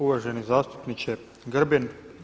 Uvaženi zastupniče Grbin.